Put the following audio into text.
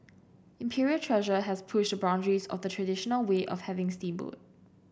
Imperial Treasure has pushed a boundaries of the traditional way of having steamboat